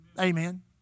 Amen